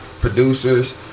Producers